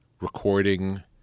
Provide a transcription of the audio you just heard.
recording